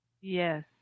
Yes